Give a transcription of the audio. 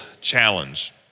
challenge